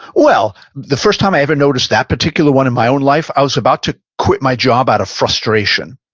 well, the first time i ever noticed that particular one in my own life, i was about to quit my job out of frustration.